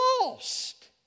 lost